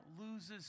loses